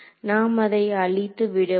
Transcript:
நாம் அதை அழித்து விடுவோம்